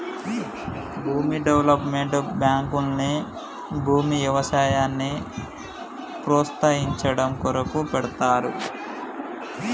భూమి డెవలప్మెంట్ బాంకుల్ని భూమి వ్యవసాయాన్ని ప్రోస్తయించడం కొరకు పెడ్తారు